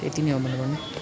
यति नै हो मेरो भन्नु